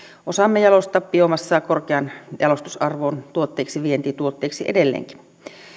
osaamme jalostaa biomassaa korkean jalostusarvon tuotteeksi vientituotteeksi edelleenkin